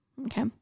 Okay